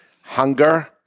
hunger